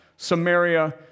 Samaria